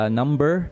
number